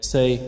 Say